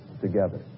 together